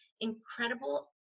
incredible